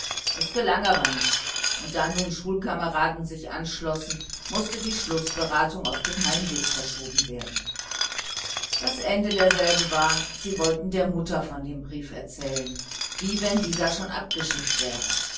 es gelang aber nicht und da nun schulkameraden sich anschlossen mußte die schlußberatung auf den heimweg verschoben werden das ende derselben war sie wollten der mutter von dem brief erzählen wie wenn dieser schon abgeschickt wäre